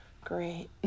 Great